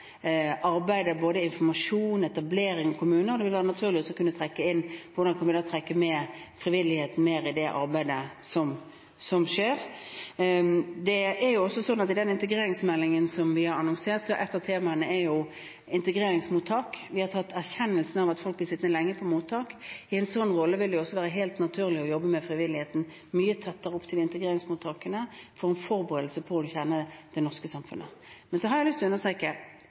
arbeidet overfor kommunene når det gjelder både informasjon og etablering, og da vil det være naturlig også å diskutere hvordan man kan trekke frivilligheten mer inn i det arbeidet som skjer. I den integreringsmeldingen som vi har annonsert, er også et av temaene integreringsmottak. Vi har erkjent at folk blir sittende lenge på mottak. I en sånn rolle vil det også være helt naturlig at frivilligheten jobber mye tettere opp mot integreringsmottakene, som en forberedelse på å bli kjent med det norske samfunnet. Jeg har lyst å understreke